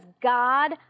God